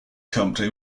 company